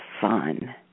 fun